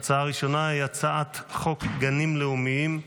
ההצעה הראשונה היא הצעת חוק גנים לאומיים,